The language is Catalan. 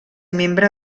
membre